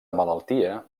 malaltia